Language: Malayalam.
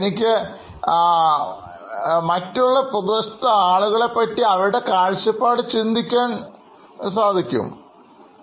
എനിക്ക് മറ്റുള്ള പ്രദേശത്തെ ആളുകളെ പറ്റി അവരുടെ കാഴ്ചപ്പാടിൽ ചിന്തിക്കുവാൻ സാധിക്കുന്നതാണ്